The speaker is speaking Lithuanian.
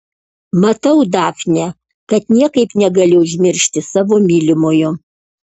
matau dafne kad niekaip negali užmiršti savo mylimojo